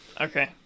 Okay